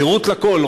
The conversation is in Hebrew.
שירות לכול.